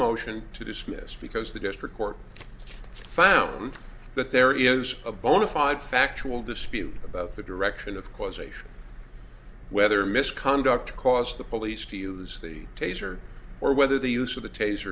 motion to dismiss because the district court found that there is a bona fide factual dispute about the direction of causation whether misconduct caused the police to use the taser or whether the use of the tas